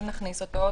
אם נכניס אותו,